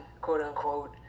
quote-unquote